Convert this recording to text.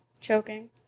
choking